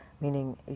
meaning